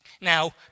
Now